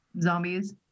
zombies